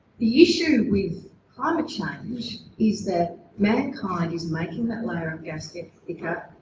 the issue with climate change is that mankind is making that layer of gas get thicker,